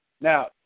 Now